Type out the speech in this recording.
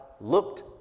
looked